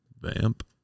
Vamp